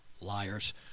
Liars